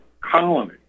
colony